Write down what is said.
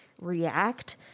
react